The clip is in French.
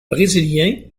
brésilien